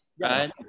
right